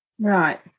Right